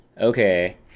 okay